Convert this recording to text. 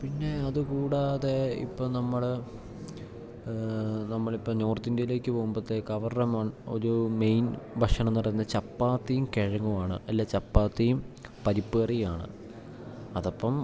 പിന്നെ അത് കൂടാതെ ഇപ്പം നമ്മള് നമ്മളിപ്പം നോർത്തിന്ത്യേലേക്ക് പോകുമ്പത്തേക്ക് ഒരു മെയിൻ ഭക്ഷണം എന്ന് പറയുന്നത് ചപ്പാത്തിയും കിഴങ്ങുവാണ് അല്ലേ ചപ്പാത്തിയും പരിപ്പ്കറിയാണ് അതപ്പം